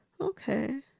okay